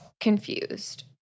confused